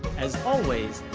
as always,